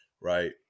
right